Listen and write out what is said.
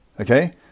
Okay